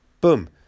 boom